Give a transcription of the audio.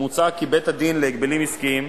מוצע כי בית-הדין להגבלים עסקיים,